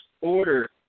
order